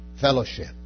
Fellowship